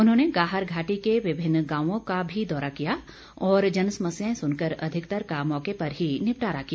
उन्होंने गाहर घाटी के विभिन्न गांवों का भी दौरा किया और जनसमस्याएं सुनकर अधिकतर का मौके पर ही निपटारा किया